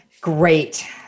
Great